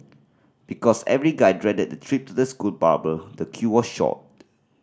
because every guy dreaded the trip to the school barber the queue was short